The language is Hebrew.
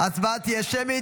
ההצבעה תהיה שמית.